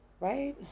right